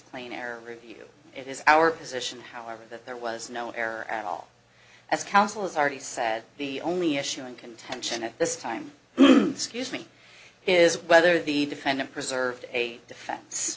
clean air review it is our position however that there was no error at all as counsel is already said the only issue in contention at this time scuse me is whether the defendant preserved a defen